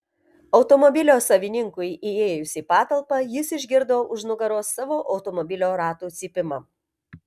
automobilio savininkui įėjus į patalpą jis išgirdo už nugaros savo automobilio ratų cypimą